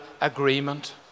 agreement